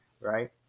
right